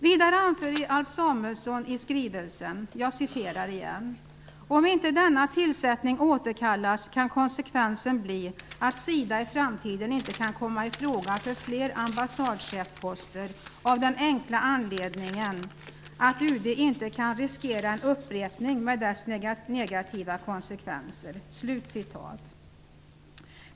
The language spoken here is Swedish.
Vidare anför Alf Samuelsson i skrivelsen: ''Om inte denna tillsättning återkallas kan konsekvensen bli att SIDA i framtiden inte kan komma i fråga för fler ambassadchefsposter av den enkla anledningen att UD inte kan riskera en upprepning med dess negativa konsekvenser.''